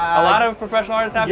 a lot of professional artists have